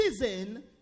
season